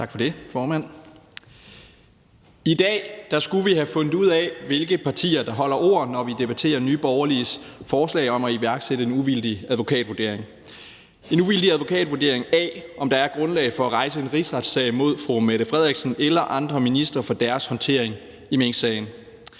Tak for det, formand. I dag skulle vi have fundet ud af, hvilke partier der holder ord, når vi debatterer Nye Borgerliges forslag om at iværksætte en uvildig advokatvurdering – en uvildig advokatvurdering af, om der er grundlag for at rejse en rigsretssag mod statsministeren eller andre ministre for deres håndtering af minksagen.